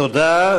תודה.